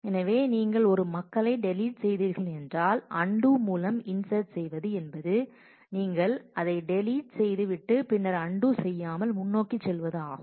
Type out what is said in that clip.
எனவே நீங்கள் ஒரு மக்களை டெலிட் செய்தீர்கள் என்றால் அன்டூ மூலம் இன்சட் செய்வது என்பது நீங்கள் அதை டெலிட் செய்து விட்டு பின்னர் அன்டூ செய்யாமல் முன்னோக்கிச் செல்வது ஆகும்